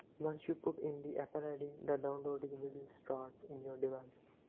once you put in the apple id, the downloading will start in your device